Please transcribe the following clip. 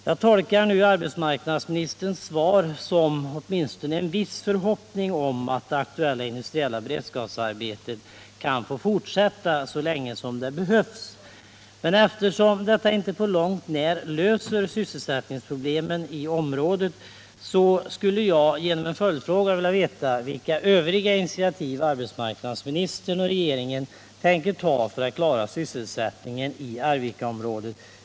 Jag tolkar arbetsmarknadsministerns svar som åtminstone en förhoppning om att det aktuella industriella beredskapsarbetet kan få fortsätta så länge det behövs. Men eftersom detta inte på långt när löser sysselsättningsproblemen i området, skulle jag vilja ställa en följdfråga: Vilka övriga initiativ tänker arbetsmarknadsministern och regeringen ta för att klara sysselsättningen i Arvikaområdet?